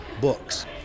books